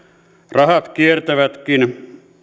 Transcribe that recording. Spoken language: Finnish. rahat kiertävätkin